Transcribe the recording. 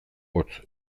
hots